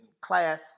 class